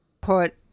put